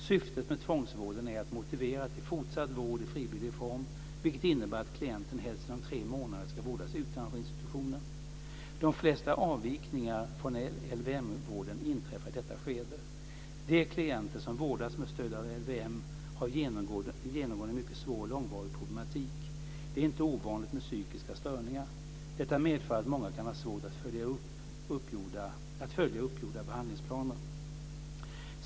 Syftet med tvångsvården är att motivera till fortsatt vård i frivillig form, vilket innebär att klienten helst inom tre månader ska vårdas utanför institutionen. De flesta avvikningar från LVM-vården inträffar i detta skede. De klienter som vårdas med stöd av LVM har genomgående en mycket svår och långvarig problematik. Det är inte ovanligt med psykiska störningar. Detta medför att många kan ha svårt att följa uppgjorda behandlingsplaner.